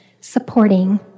supporting